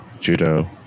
judo